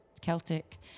celtic